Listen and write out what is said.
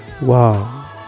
Wow